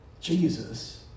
Jesus